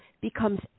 becomes